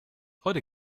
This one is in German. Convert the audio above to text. heute